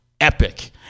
epic